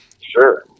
Sure